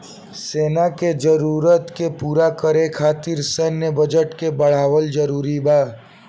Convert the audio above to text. सेना के जरूरत के पूरा करे खातिर सैन्य बजट के बढ़ावल जरूरी बा